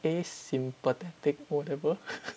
a sympathetic whatever